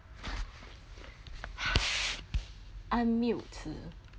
ummute